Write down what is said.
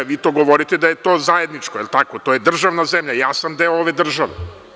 Vi govorite da je to zajedničko, to je državna zemlja, ja sam deo ove države.